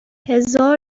هزار